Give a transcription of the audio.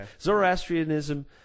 Zoroastrianism